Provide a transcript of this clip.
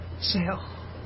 sale